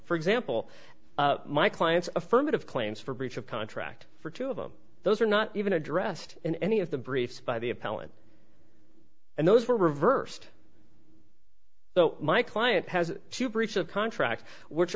for example my client's affirmative claims for breach of contract for two of them those are not even addressed in any of the briefs by the appellant and those were reversed so my client has she a breach of contract which